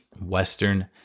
Western